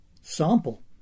Sample